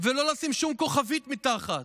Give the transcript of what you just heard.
ולא לשים שום כוכבית מתחת